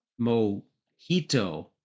Mojito